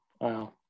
wow